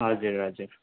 हजुर हजुर